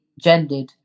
gendered